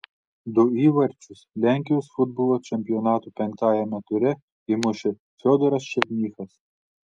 du įvarčius lenkijos futbolo čempionato penktajame ture įmušė fiodoras černychas